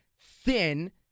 thin